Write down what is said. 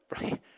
right